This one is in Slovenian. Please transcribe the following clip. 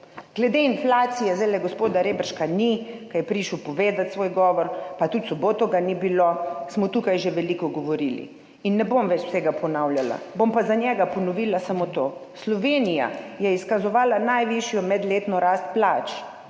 Glede inflacije – zdaj gospoda Reberška, ki je prišel povedat svoj govor, ni pa tudi v soboto ga ni bilo, smo tukaj že veliko govorili in ne bom več vsega ponavljala. Bom pa za njega ponovila samo to: Slovenija je izkazovala najvišjo medletno rast plač